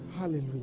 Hallelujah